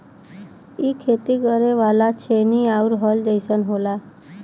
इ खेती करे वाला छेनी आउर हल जइसन होला